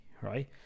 right